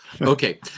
Okay